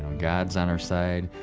god is on our side.